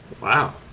Wow